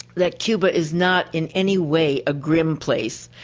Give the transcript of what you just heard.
that cuba is not in any way a grim place.